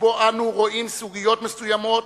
שבו אנו רואים סוגיות מסוימות,